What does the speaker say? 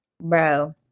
Bro